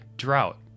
drought